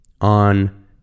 on